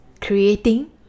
creating